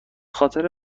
خاطر